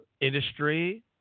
industry